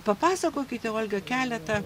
papasakokite olga keletą